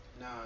No